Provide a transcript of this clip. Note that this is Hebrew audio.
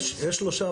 שלושת